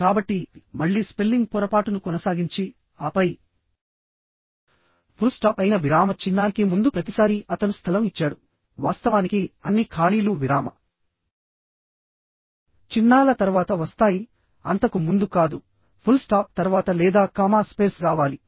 కాబట్టి మళ్లీ స్పెల్లింగ్ పొరపాటును కొనసాగించి ఆపై ఫుల్ స్టాప్ అయిన విరామ చిహ్నానికి ముందు ప్రతిసారీ అతను స్థలం ఇచ్చాడు వాస్తవానికి అన్ని ఖాళీలు విరామ చిహ్నాల తర్వాత వస్తాయి అంతకు ముందు కాదు ఫుల్ స్టాప్ తర్వాత లేదా కామా స్పేస్ రావాలి